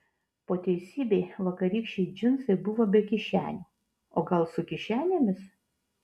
po teisybei vakarykščiai džinsai buvo be kišenių o gal su kišenėmis